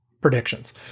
predictions